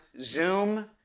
Zoom